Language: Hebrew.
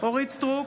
אורית מלכה סטרוק,